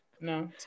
no